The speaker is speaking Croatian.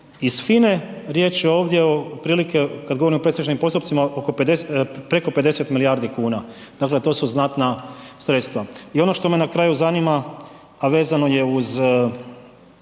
iz FINA-e riječ je ovdje otprilike, kad govorimo o predstečajnim postupcima, oko 50, preko 50 milijardi kuna, dakle to su znatna sredstva. I ono što me na kraju zanima, a vezano je uz,